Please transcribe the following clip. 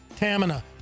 Tamina